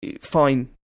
fine